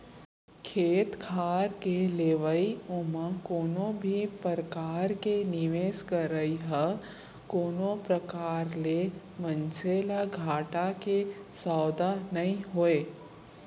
खेत खार के लेवई ओमा कोनो भी परकार के निवेस करई ह कोनो प्रकार ले मनसे ल घाटा के सौदा नइ होय